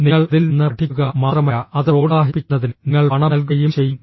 നിങ്ങൾ അതിൽ നിന്ന് പഠിക്കുക മാത്രമല്ല അത് പ്രോത്സാഹിപ്പിക്കുന്നതിന് നിങ്ങൾ പണം നൽകുകയും ചെയ്യും